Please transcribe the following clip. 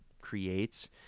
creates